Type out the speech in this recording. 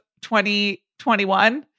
2021